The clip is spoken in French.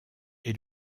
est